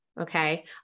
Okay